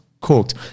cooked